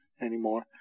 anymore